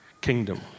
kingdom